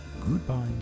goodbye